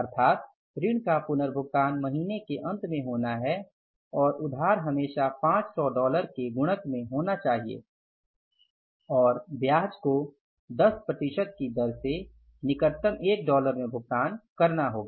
अर्थात ऋण का पुनर्भुगतान महीने के अंत में होना है और उधार हमेशा 500 डॉलर के गुणक में होना चाहिए और ब्याज को 10 प्रतिशत की दर से निकटतम 1 डॉलर में भुगतान करना होगा